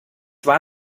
war